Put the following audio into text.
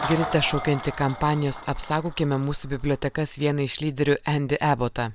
girdite šaukiantį kampanijos apsaugokime mūsų bibliotekas viena iš lyderių endį ebotą